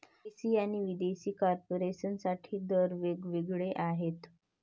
देशी आणि विदेशी कॉर्पोरेशन साठी कर दर वेग वेगळे आहेत